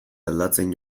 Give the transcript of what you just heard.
aldatzen